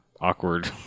awkward